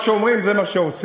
מה שאומרים, זה מה שעושים.